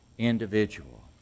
individual